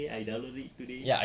I download it today